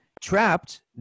trapped